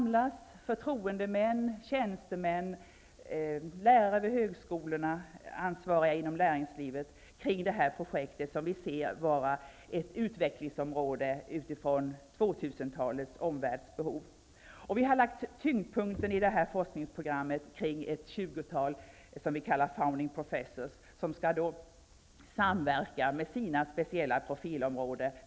Förtroendemän, tjänstemän, lärare vid högskolorna och ansvariga inom näringslivet samlas kring detta projekt, som vi ser som ett utvecklingsområde utifrån 2000-talets omvärldsbehov. Vi har lagt tyngdpunkten i forskningsprogrammet på ett tjugotal ''founding professors'', som skall samverka med sina speciella profilområden.